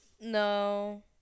No